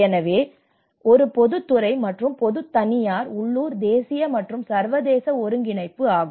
எனவே இது பொதுத்துறை மற்றும் பொது தனியார் உள்ளூர் தேசிய மற்றும் சர்வதேச ஒருங்கிணைப்பு ஆகும்